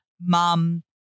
mom